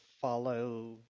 follow